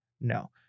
No